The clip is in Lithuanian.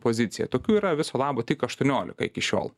poziciją tokių yra viso labo tik aštuoniolika iki šiol